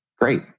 Great